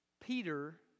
Peter